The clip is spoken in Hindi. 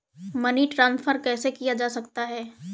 मनी ट्रांसफर कैसे किया जा सकता है?